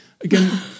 again